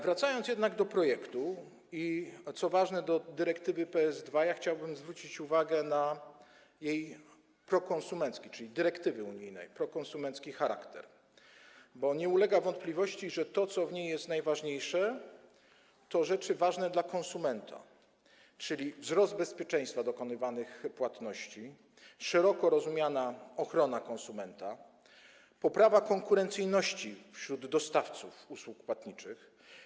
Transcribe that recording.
Wracając jednak do projektu i - co ważne - do dyrektywy PSD 2, chciałbym zwrócić uwagę na jej, czyli dyrektywy unijnej, prokonsumencki charakter, bo nie ulega wątpliwości, że to co jest w niej najważniejsze, to rzeczy ważne dla konsumenta, czyli wzrost bezpieczeństwa dokonywanych płatności, szeroko rozumiana ochrona konsumenta, poprawa konkurencyjności wśród dostawców usług płatniczych.